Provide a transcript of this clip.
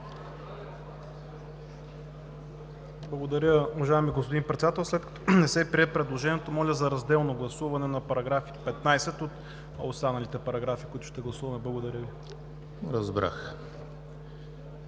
Благодаря, уважаеми господин Председател. След като не се прие предложението, моля за разделно гласуване на § 15 от останалите параграфи, които ще гласуваме. Благодаря Ви.